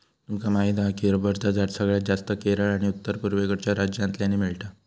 तुमका माहीत हा की रबरचा झाड सगळ्यात जास्तं केरळ आणि उत्तर पुर्वेकडच्या राज्यांतल्यानी मिळता